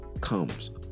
comes